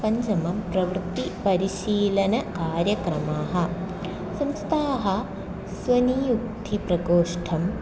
पञ्चमं प्रवृत्तिपरिशीलनकार्यक्रमाः संस्थाः स्वनीयुक्तिप्रकोष्ठम्